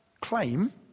claim